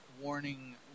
warning